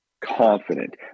confident